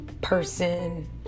person